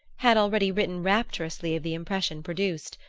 had already written rapturously of the impression produced,